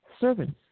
servants